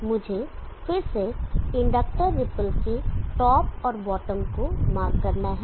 मुझे फिर से इंडक्टर रिपल के टॉप और बॉटम को मार्क करना है